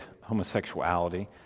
homosexuality